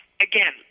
again